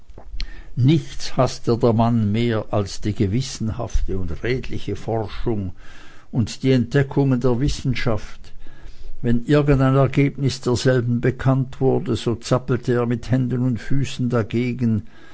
nichts haßte der mann mehr als die gewissenhafte und redliche forschung und die entdeckungen der wissenschaft wenn irgendein ergebnis derselben bekannt wurde so zappelte er mit händen und füßen dagegen